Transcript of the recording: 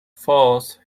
falls